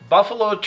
Buffalo